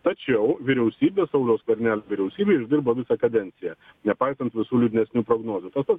tačiau vyriausybė sauliaus skvernelio vyriausybė išdirbo visą kadenciją nepaisant visų liūdnesnių prognozių tas pats